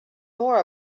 more